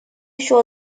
еще